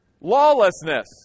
lawlessness